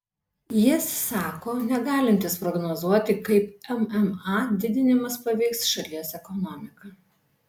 jis sako negalintis prognozuoti kaip mma didinimas paveiks šalies ekonomiką